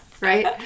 Right